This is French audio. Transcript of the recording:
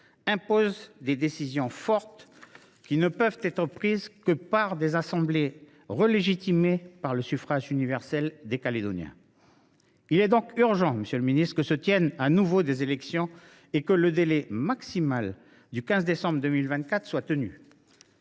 impose des décisions fortes qui ne peuvent être prises que par des assemblées relégitimées par le suffrage universel des Calédoniens. Il est donc urgent, monsieur le ministre, que se tiennent de nouveau des élections et que le délai maximal du 15 décembre 2024 soit tenu.